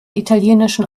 italienischen